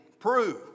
Prove